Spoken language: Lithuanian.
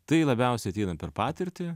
tai labiausiai ateina per patirtį